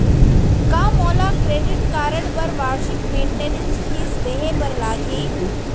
का मोला credit card बर वार्षिक मेंटेनेंस फीस देहे बर लागही?